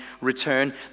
return